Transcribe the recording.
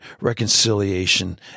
reconciliation